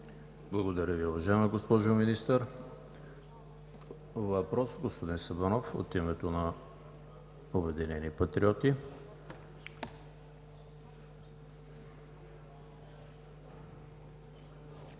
Благодаря Ви, уважаема госпожо Министър. Друг въпрос – господин Сабанов от името на „Обединени патриоти“.